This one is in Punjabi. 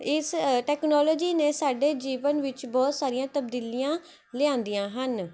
ਇਸ ਟੈਕਨੋਲੋਜੀ ਨੇ ਸਾਡੇ ਜੀਵਨ ਵਿੱਚ ਬਹੁਤ ਸਾਰੀਆਂ ਤਬਦੀਲੀਆਂ ਲਿਆਂਦੀਆਂ ਹਨ